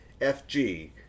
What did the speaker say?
FG